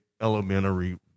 elementary